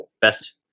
best